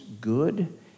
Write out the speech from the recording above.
good